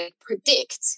predict